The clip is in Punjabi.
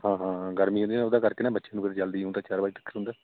ਹਾਂ ਹਾਂ ਗਰਮੀ ਦੇ ਉਹਦੇ ਕਰਕੇ ਨਾ ਬੱਚੇ ਨੂੰ ਜਲਦੀ ਹੁੰਦਾ ਨਹੀਂ ਤਾਂ ਚਾਰ ਵਜੇ ਤੱਕਰ ਹੁੰਦਾ